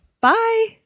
Bye